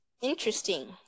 interesting